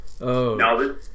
No